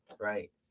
Right